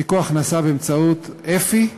הפיקוח נעשה באמצעות אפ"י,